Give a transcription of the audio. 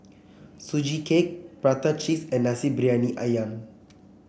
Sugee Cake Prata Cheese and Nasi Briyani ayam